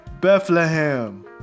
Bethlehem